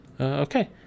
Okay